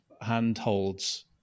handholds